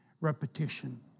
repetition